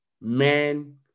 men